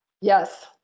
Yes